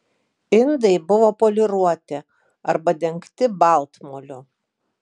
indai buvo poliruoti arba dengti baltmoliu